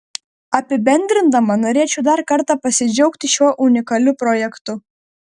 apibendrindama norėčiau dar kartą pasidžiaugti šiuo unikaliu projektu